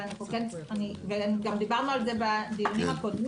וגם דיברנו על זה בדיונים הקודמים